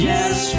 Yes